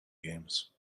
games